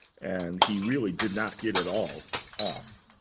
and he really did not get it all off.